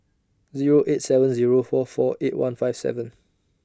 Zero eight seven Zero four four eight one five seven